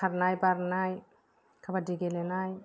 खारनाय बारनाय खाबादि गेलेनाय